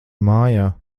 mājā